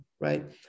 right